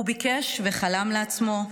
הוא ביקש וחלם לעצמו,